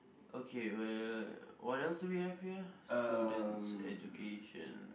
okay where what else do we have here students' education